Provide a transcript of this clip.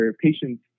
patients